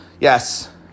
yes